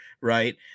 right